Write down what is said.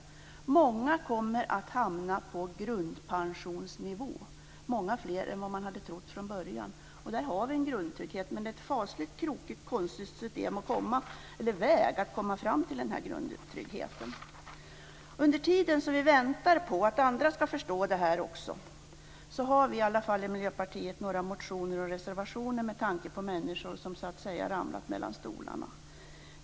Många fler än vad man från början hade trott kommer att hamna på grundpensionsnivå. Där finns en grundtrygghet, men den väg som leder fram dit är fasligt krokig och konstig. Medan vi väntar på att också andra ska förstå det här har vi från Miljöpartiet avgivit några motioner och reservationer med tanke på människor som, så att säga, har ramlat mellan stolarna.